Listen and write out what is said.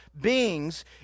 beings